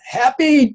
happy